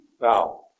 Now